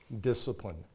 discipline